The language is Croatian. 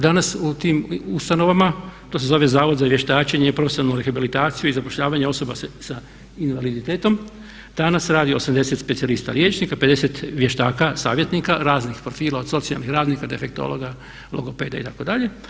Danas u tim ustanovama, to se zove Zavod za vještačenje, profesionalnu rehabilitaciju i zapošljavanje osoba s invaliditetom, danas radi 80 specijalista liječnika, 50 vještaka savjetnika raznih profila od socijalnih radnika, defektologa, logopeda itd.